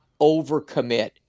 overcommit